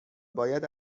باید